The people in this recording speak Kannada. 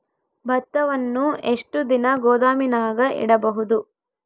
ಭತ್ತವನ್ನು ಎಷ್ಟು ದಿನ ಗೋದಾಮಿನಾಗ ಇಡಬಹುದು?